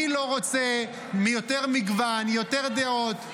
מי לא רוצה יותר מגוון, יותר דעות?